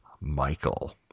Michael